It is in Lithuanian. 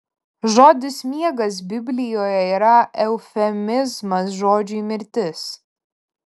žodis miegas biblijoje yra eufemizmas žodžiui mirtis